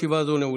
ישיבה זו נעולה.